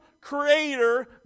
creator